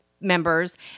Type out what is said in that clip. members